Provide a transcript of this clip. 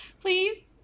Please